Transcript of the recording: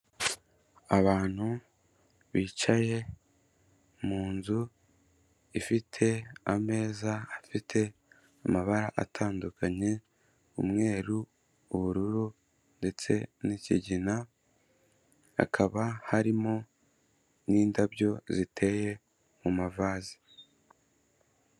Abantu bicaye mu nzu ifite ameza afite amabara atandukanye umweru, ubururu ndetse n'kigina, hakaba harimo n'indabyo ziteye mu mavase.